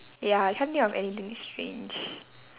ya I can't think of anything strange